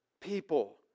people